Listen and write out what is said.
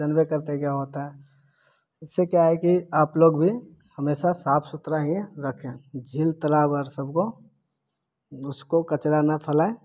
जानते हैं क्या होता है इससे क्या है कि आप लोग भी हमेशा साफ़ सुथरा ही रखे झील तालाब और सबको उसको कचरा ना फैलाएँ